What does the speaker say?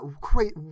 Great